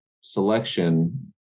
selection